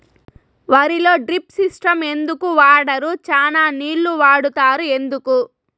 వరిలో drip system ఎందుకు వాడరు? చానా నీళ్లు వాడుతారు ఎందుకు?